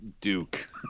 Duke